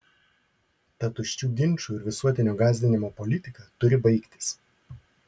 ta tuščių ginčų ir visuotinio gąsdinimo politika turi baigtis